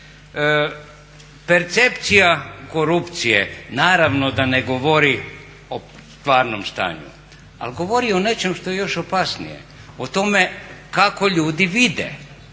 Percepcija korupcije naravno da ne govori o stvarnom stanju, ali govori o nečem što je još opasnije, o tome kako ljudi vide